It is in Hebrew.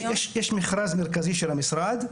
יש מכרז מרכזי של המשרד.